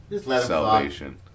Salvation